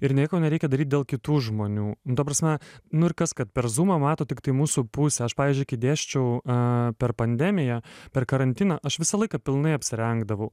ir nieko nereikia daryt dėl kitų žmonių ta prasme nu ir kas kad per zūmą mato tiktai mūsų pusę aš pavyzdžiui kai dėsčiau a per pandemiją per karantiną aš visą laiką pilnai apsirengdavau